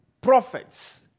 prophets